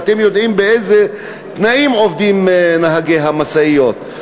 ואתם יודעים באיזה תנאים עובדים נהגי המשאיות,